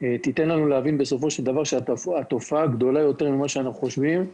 תיתן לנו להבין בסופו של דבר שהתופעה גדולה יותר מכפי שאנחנו חושבים.